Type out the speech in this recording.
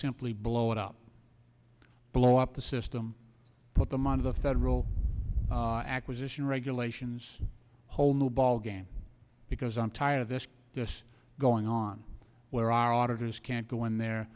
simply blow it up blow up the system put them on the federal acquisition regulations a whole new ballgame because i'm tired of this this going on where our auditors can't go in there